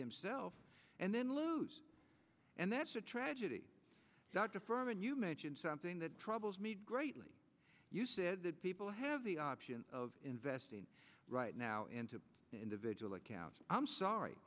himself and then lose and that's a tragedy dr berman you mentioned something that troubles me greatly you said that people have the option of investing right now into individual accounts i'm sorry